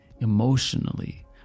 emotionally